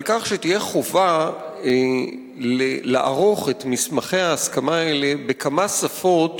על כך שתהיה חובה לערוך את מסמכי ההסכמה האלה בכמה שפות